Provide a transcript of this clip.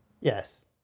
Yes